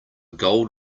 gold